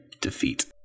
defeat